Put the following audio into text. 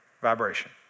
Vibration